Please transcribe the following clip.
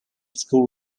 school